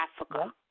Africa